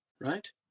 right